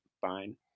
fine